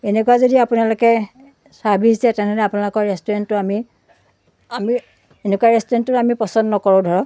এনেকুৱা যদি আপোনালোকে চাৰ্ভিছ দিয়ে তেনেহ'লে আপোনালোকৰ ৰেষ্টুৰেণ্টটো আমি আমি এনেকুৱা ৰেষ্টুৰেণ্টটো আমি পচন্দ নকৰোঁ ধৰক